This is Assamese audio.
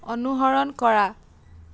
অনুসৰণ কৰা